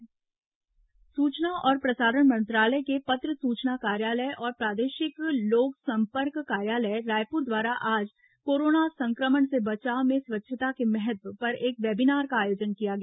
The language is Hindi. पीआईबी वेबिनार सूचना और प्रसारण मंत्रालय के पत्र सूचना कार्यालय और प्रादेशिक लोक संपर्क कार्यालय रायपुर द्वारा आज कोरोना संक्रमण से बचाव में स्वच्छता के महत्व पर एक वेबिनार का आयोजन किया गया